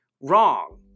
wrong